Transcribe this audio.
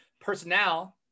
personnel